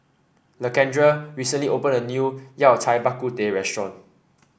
Lakendra recently opened a new Yao Cai Bak Kut Teh restaurant